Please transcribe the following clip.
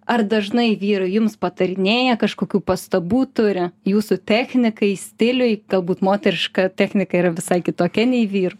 ar dažnai vyrai jums patarinėja kažkokių pastabų turi jūsų technikai stiliui galbūt moteriška technika yra visai kitokia nei vyrų